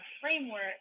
framework